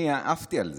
אני עפתי על זה,